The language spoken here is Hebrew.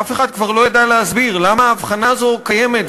אף אחד כבר לא ידע להסביר למה ההבחנה הזאת קיימת,